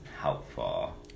helpful